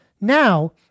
Now